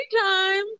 time